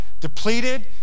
depleted